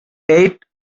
eight